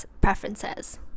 preferences